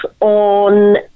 on